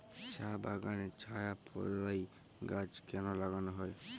চা বাগানে ছায়া প্রদায়ী গাছ কেন লাগানো হয়?